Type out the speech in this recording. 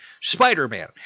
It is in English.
Spider-Man